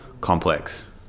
complex